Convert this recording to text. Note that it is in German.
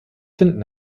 finden